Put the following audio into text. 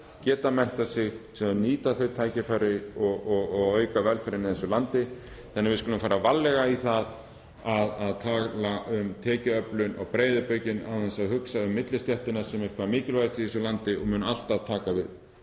geta menntað sig og nýta tækifærin og auka velferðina í þessu landi. Við skulum því fara varlega í það að tala um tekjuöflun og breiðu bökin án þess að hugsa um millistéttina sem er hvað mikilvægust í þessu landi og mun alltaf taka